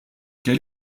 quel